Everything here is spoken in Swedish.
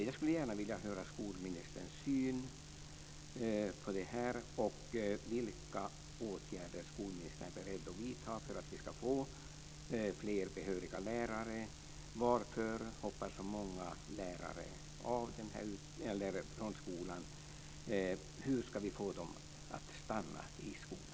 Jag skulle gärna vilja höra skolministerns syn på detta, och vilka åtgärder skolministern är beredd att vidta för att vi ska få fler behöriga lärare.